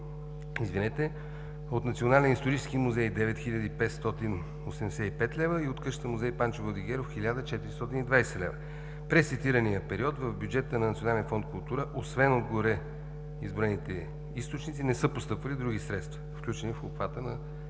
от Националния исторически музей – 9585 лв., и от къща-музей „Панчо Владигеров“ – 1420 лв. През цитирания период в бюджета на Национален фонд „Култура“ освен от гореизброените източници не са постъпвали други средства, включени в обхвата на